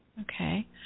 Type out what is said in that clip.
Okay